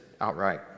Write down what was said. outright